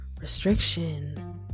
restriction